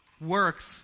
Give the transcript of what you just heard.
works